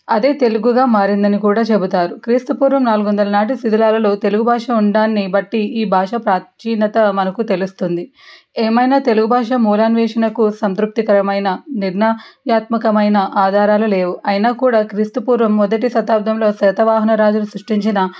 అదే తెలుగుగా మారిందని కూడా చెబుతారు క్రీస్తుపూర్వం నాలుగొందల నాటి శిధిలాలలో తెలుగుభాష ఉందాన్ని బట్టి ఈ బాష ప్రాచీనత మనకు తెలుస్తుంది ఏమైనా తెలుగు భాష మూల అన్వేషణకు సంతృప్తికరమైన నిర్ణయాత్మకమైన ఆధారాలు లేవు అయినా కూడా క్రీస్తుపూర్వం మొదటి శతాబ్దంలో శాతవాహన రాజుల సృష్టించిన